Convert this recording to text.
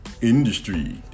Industry